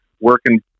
working